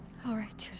alright teersa,